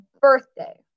birthday